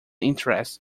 interest